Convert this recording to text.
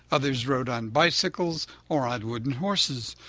others rode on bicycles or on wooden horses.